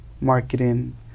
marketing